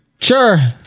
Sure